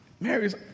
Mary's